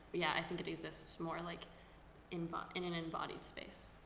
yeah, i think it exists more like in but in an embodied space.